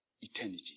eternity